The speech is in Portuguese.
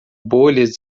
bolhas